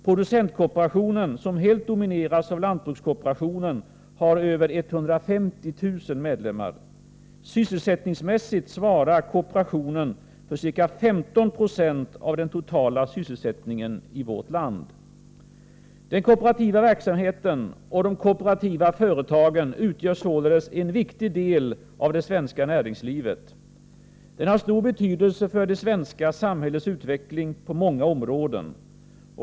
Producentkooperationen, som helt domineras av lantbrukskooperationen, har över 150 000 medlemmar. Sysselsättningsmässigt svarar kooperationen för ca 15 96 av den totala sysselsättningen i vårt land. Den kooperativa verksamheten och de kooperativa företagen utgör således en viktig del av det svenska näringslivet. De har stor betydelse för det svenska samhällets utveckling på många områden.